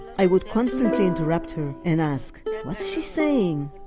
i would constantly interrupt her and ask yeah what's she saying?